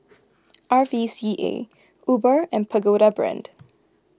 R V C A Uber and Pagoda Brand